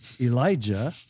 Elijah